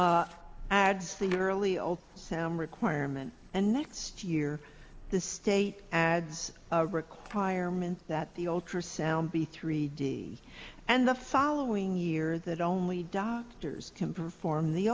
state adds the early old sam requirement and next year the state adds a requirement that the ultrasound be three d and the following year that only doctors can perform the